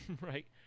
right